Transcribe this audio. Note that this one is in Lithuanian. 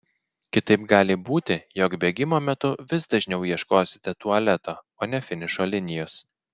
kitaip gali būti jog bėgimo metu vis dažniau ieškosite tualeto o ne finišo linijos